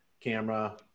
camera